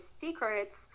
secrets